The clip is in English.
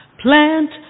Plant